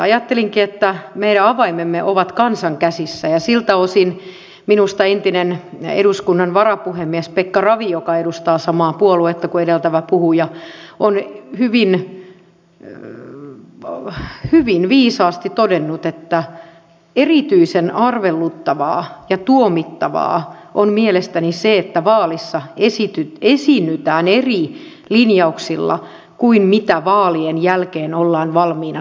ajattelinkin että meidän avaimemme ovat kansan käsissä ja siltä osin minusta entinen eduskunnan varapuhemies pekka ravi joka edustaa samaa puoluetta kuin edeltävä puhuja on hyvin viisaasti todennut että erityisen arveluttavaa ja tuomittavaa on mielestäni se että vaalissa esiinnytään eri linjauksilla kuin mitä vaalien jälkeen ollaan valmiina toteuttamaan